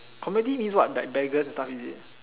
community means what like beggars and stuff is it